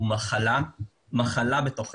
הוא מחלה בתוכנו,